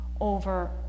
over